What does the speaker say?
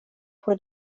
por